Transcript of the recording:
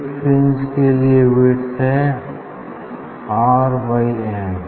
एक फ्रिंज के लिए विड्थ है आर बाई एन